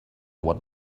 what